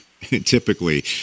typically